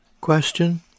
Question